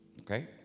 Okay